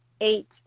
eight